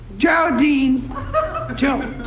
geraldine jones